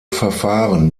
verfahren